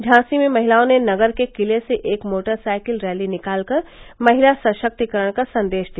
झांसी में महिलाओं ने नगर के किले से एक मोटरसाइकिल रैली निकालकर महिला सशक्तीकरण का संदेश दिया